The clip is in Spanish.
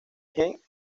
james